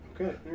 Okay